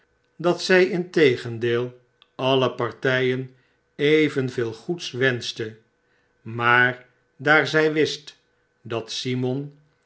dat zij integendeel alle partijen evenveel goeds wenschte maar daar zij wist dat simon